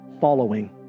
following